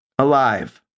Alive